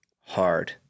hard